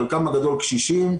חלקם הגדול קשישים,